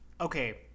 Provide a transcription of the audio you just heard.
okay